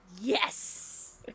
Yes